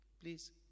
please